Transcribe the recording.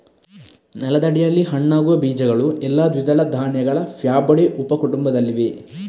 ನೆಲದಡಿಯಲ್ಲಿ ಹಣ್ಣಾಗುವ ಬೀಜಗಳು ಎಲ್ಲಾ ದ್ವಿದಳ ಧಾನ್ಯಗಳ ಫ್ಯಾಬೊಡೆ ಉಪ ಕುಟುಂಬದಲ್ಲಿವೆ